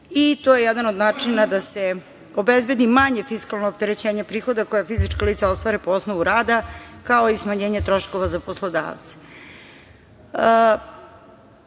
To je jedan od načina da se obezbedi manje fiskalno opterećenje prihoda koja fizička lica ostvare po osnovu rada, kao i smanjenje troškova za poslodavce. Mnogo